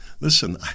Listen